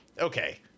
okay